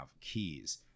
keys